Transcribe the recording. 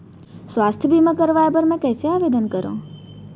स्वास्थ्य बीमा करवाय बर मैं कइसे आवेदन करव?